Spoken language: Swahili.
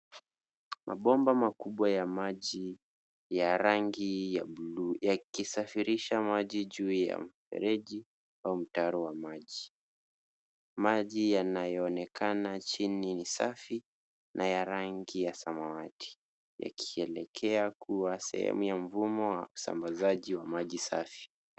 Mabomba makubwa ya maji ya rangi ya buluu, yakisafirisha maji juu ya mfereji au mtaro wa maji. Maji yanayoonekana chini ni safi na ya rangi ya samawati, yakielekea kuwa sehemu ya mfumo wa usambazaji wa maji safi.